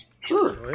Sure